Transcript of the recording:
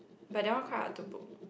but that one quite hard to book